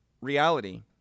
reality